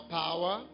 power